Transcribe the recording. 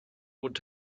would